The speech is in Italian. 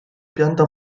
pianta